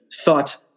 thought